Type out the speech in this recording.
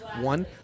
one